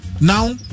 now